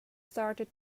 started